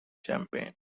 champagne